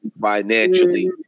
financially